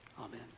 Amen